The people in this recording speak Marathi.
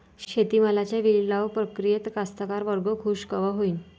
शेती मालाच्या लिलाव प्रक्रियेत कास्तकार वर्ग खूष कवा होईन?